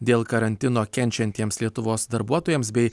dėl karantino kenčiantiems lietuvos darbuotojams bei